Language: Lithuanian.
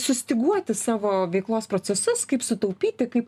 sustyguoti savo veiklos procesus kaip sutaupyti kaip